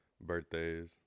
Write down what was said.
Birthdays